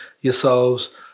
yourselves